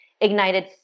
ignited